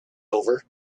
over